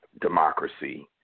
democracy